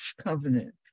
covenant